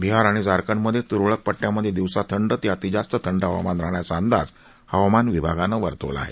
बिहार आणि झारखंडमध्ये तुरळक पट्ट्यांमध्ये दिवसा थंड ते अतिजास्त थंड हवामान राहण्याचा अंदाज हवामान विभागानं वर्तवला आहे